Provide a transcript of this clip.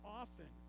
often